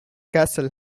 castle